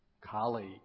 colleague